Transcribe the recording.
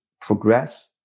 progress